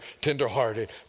tenderhearted